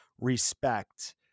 respect